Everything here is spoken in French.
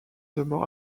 demeure